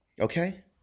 okay